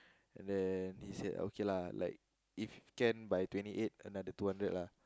and then he said okay lah like if can by twenty eight another two hundred lah